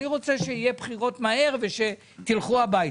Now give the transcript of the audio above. אני רוצה שיהיו בחירות מהר ותלכו הביתה.